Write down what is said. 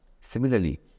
Similarly